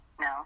No